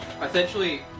Essentially